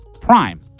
prime